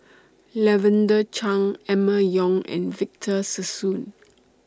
Lavender Chang Emma Yong and Victor Sassoon